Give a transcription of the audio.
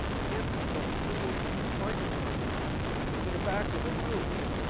can the fully sighted person in the back of the room,